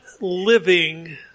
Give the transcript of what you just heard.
living